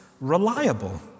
reliable